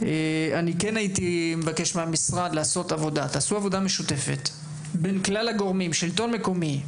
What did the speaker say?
אני מבקש מהמשרד לעשות עבודה משותפת בין כלל הגורמים: השלטון המקומי,